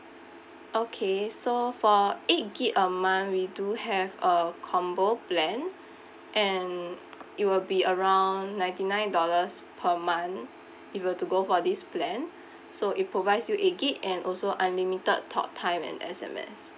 okay so for eight gig a month we do have a combo plan and it will be around ninety nine dollars per month if you were to go for this plan so it provides you eight gig and also unlimited talk time and S_M_S